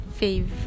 fave